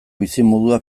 bizimodua